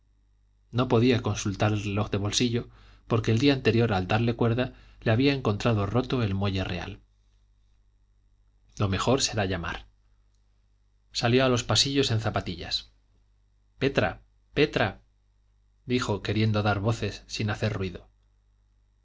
no podía consultar el reloj de bolsillo porque el día anterior al darle cuerda le había encontrado roto el muelle real lo mejor será llamar salió a los pasillos en zapatillas petra petra dijo queriendo dar voces sin hacer ruido